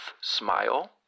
smile